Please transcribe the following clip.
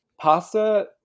pasta